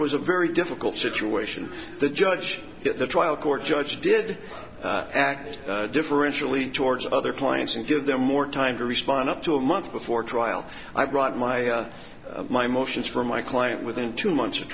was a very difficult situation the judge at the trial court judge did act differentially towards other clients and give them more time to respond up to a month before trial i brought my my motions for my client within two months of